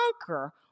conquer